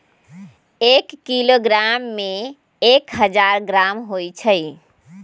एक किलोग्राम में एक हजार ग्राम होई छई